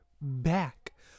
back